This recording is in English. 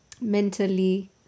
mentally